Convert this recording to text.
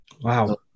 Wow